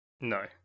no